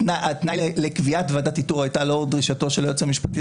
התנאי לקביעת ועדת איתור היה לאור דרישתו של היועץ המשפטי